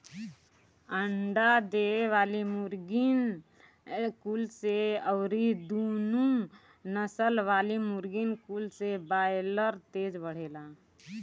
अंडा देवे वाली मुर्गीन कुल से अउरी दुनु नसल वाला मुर्गिन कुल से बायलर तेज बढ़ेला